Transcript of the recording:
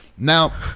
Now